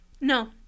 no